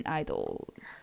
idols